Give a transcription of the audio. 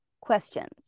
questions